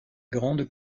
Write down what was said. grande